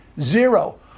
zero